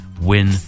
win